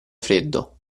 freddo